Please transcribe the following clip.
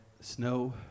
snow